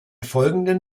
folgenden